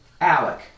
Alec